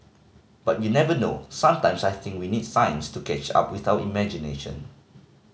but you never know sometimes I think we need science to catch up with our imagination